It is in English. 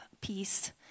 peace